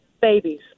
babies